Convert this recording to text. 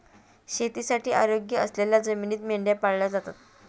शेतीसाठी अयोग्य असलेल्या जमिनीत मेंढ्या पाळल्या जातात